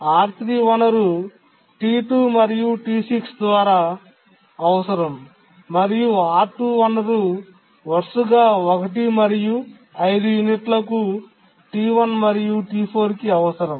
R3 వనరు T2 మరియు T6 ద్వారా అవసరం మరియు R2 వనరు వరుసగా 1 మరియు 5 యూనిట్లకు T1 మరియు T4 కి అవసరం